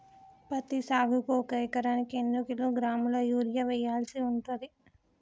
పత్తి సాగుకు ఒక ఎకరానికి ఎన్ని కిలోగ్రాముల యూరియా వెయ్యాల్సి ఉంటది?